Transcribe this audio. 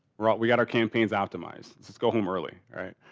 we're all. we got our campaigns optimized. let's let's go home early, right?